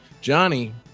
Johnny